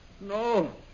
no